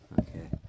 Okay